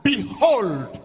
Behold